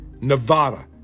Nevada